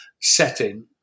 setting